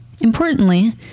Importantly